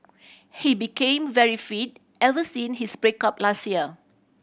he became very fit ever since his break up last year